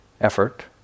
effort